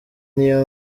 niyo